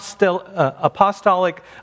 apostolic